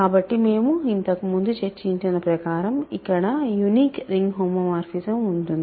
కాబట్టి మేము ఇంతకుముందు చర్చించిన ప్రకారం ఇక్కడ యునీక్ రింగ్ హోమోమార్ఫిజం ఉంటుంది